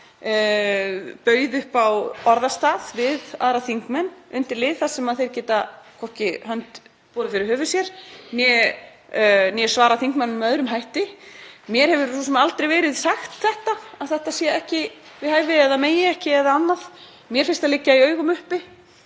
bauð upp á orðastað við aðra þingmenn undir lið þar sem þeir geta hvorki borið hönd fyrir höfuð sér né svarað þingmanninum með öðrum hætti. Mér hefur reyndar aldrei verið sagt að þetta sé ekki við hæfi eða megi ekki en mér finnst það liggja í augum uppi